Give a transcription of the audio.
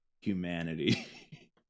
humanity